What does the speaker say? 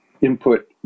input